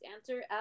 answer